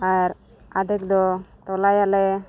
ᱟᱨ ᱟᱫᱷᱮᱠ ᱫᱚ ᱛᱚᱞᱟᱭᱟᱞᱮ